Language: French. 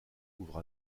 ouvre